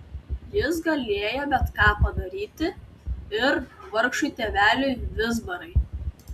jis galėjo bet ką padaryti ir vargšui tėveliui vizbarai